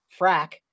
Frack